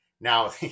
Now